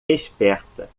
esperta